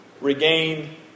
regain